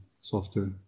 software